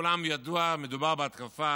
לכולם ידוע, מדובר בהתקפה